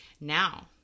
now